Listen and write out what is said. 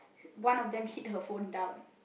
one of them hit her phone down